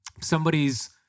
Somebody's